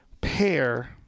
pair